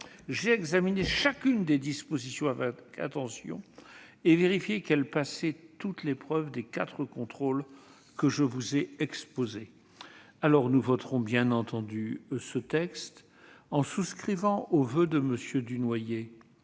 fait ! -chacune des dispositions avec attention et vérifié qu'elles passaient toutes l'épreuve des quatre contrôles que je vous ai exposés. » Nous voterons bien entendu ce texte, en souscrivant au voeu du député